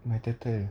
my turtle